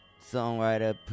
songwriter